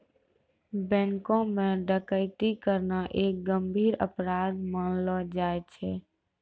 बैंको म डकैती करना एक गंभीर अपराध मानलो जाय छै